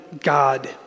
God